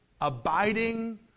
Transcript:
abiding